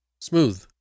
smooth